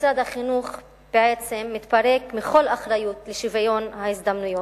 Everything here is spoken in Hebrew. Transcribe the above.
משרד החינוך בעצם מתפרק מכל אחריות לשוויון ההזדמנויות.